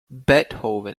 beethoven